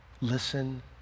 Listen